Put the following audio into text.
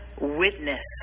witness